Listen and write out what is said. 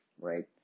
right